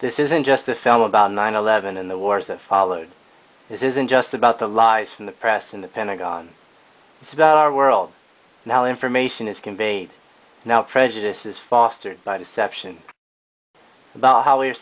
this isn't just a fellow about nine eleven and the wars that followed this isn't just about the lies from the press and the pentagon it's about our world now information is conveyed now prejudices fostered by deception about how we are